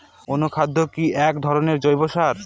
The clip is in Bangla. অনুখাদ্য কি এক ধরনের জৈব সার?